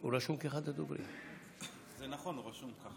לא כתוב לי